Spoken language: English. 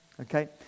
okay